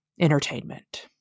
entertainment